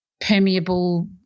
permeable